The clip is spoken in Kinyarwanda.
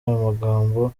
amagambo